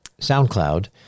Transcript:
SoundCloud